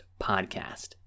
podcast